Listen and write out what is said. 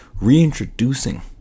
reintroducing